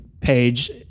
page